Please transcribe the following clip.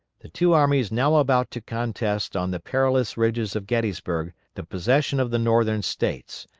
the two armies now about to contest on the perilous ridges of gettysburg the possession of the northern states,